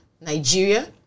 Nigeria